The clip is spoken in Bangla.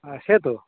হ্যাঁ সে তো